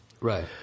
Right